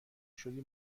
شدی